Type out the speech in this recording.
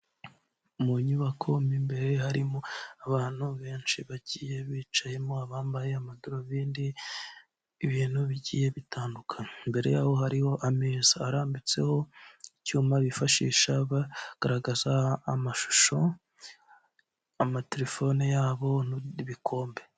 Mu nyubako mu imbere harimo abantu benshi bagiye bicayemo abambaye amadarubindi ibintu bigiye bitandukana mbere yaho hariho ameza arambitseho icyuma bifashisha bagaragaza amashusho amatelefone yabo n' n'ibikombe.